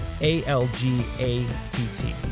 A-L-G-A-T-T